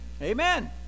Amen